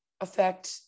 affect